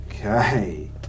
Okay